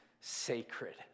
sacred